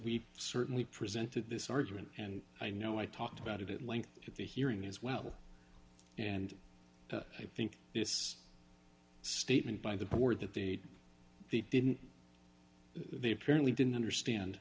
we've certainly presented this argument and i know i talked about it at length at the hearing as well and i think this statement by the board that the they didn't they apparently didn't understand